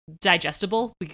digestible